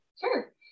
Sure